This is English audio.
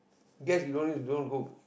guess you always you don't cook